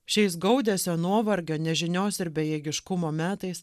šiais gaudesio nuovargio nežinios ir bejėgiškumo metais